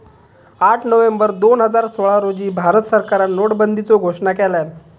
आठ नोव्हेंबर दोन हजार सोळा रोजी भारत सरकारान नोटाबंदीचो घोषणा केल्यान